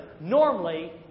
Normally